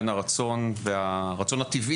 בין הרצון הטבעי